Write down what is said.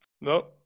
no